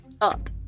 up